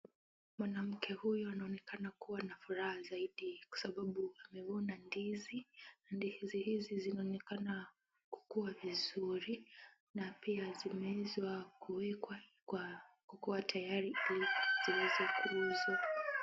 Mwanamke huyu anaonekana kuwa na furaha zaidi kwasababu amevuna ndizi na ndizi hizi zinaonekana kukua vizuri na pia zimewezwa kuwekwa kwa kukuwa tayari ili ziweze kuuzwa.